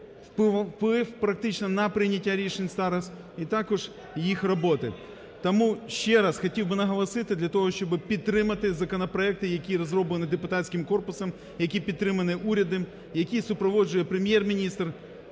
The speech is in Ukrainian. вплив практично на прийняття рішень старост і також їх роботи. Тому ще раз хотів би наголосити для того, щоб підтримати законопроекти, які розроблені депутатським корпусом, які підтримані урядом і які супроводжує Прем'єр-міністр,